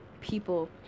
people